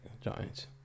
Giants